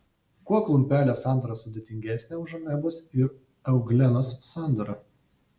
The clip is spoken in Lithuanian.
kuo klumpelės sandara sudėtingesnė už amebos ir euglenos sandarą